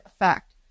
effect